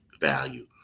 value